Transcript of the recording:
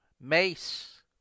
Mace